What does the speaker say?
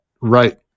right